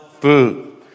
food